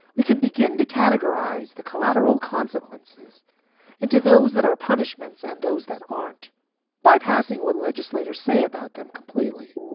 we can begin to categorize the collateral consequences into those that are punishments and those that aren't bypassing what legislators say about them completely